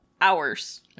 hours